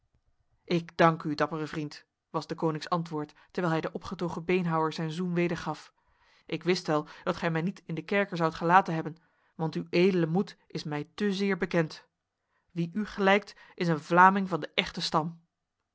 ik dank u dappere vriend was deconincks antwoord terwijl hij de opgetogen beenhouwer zijn zoen wedergaf ik wist wel dat gij mij niet in de kerker zoudt gelaten hebben want uw edele moed is mij te zeer bekend wie u gelijkt is een vlaming van de echte stam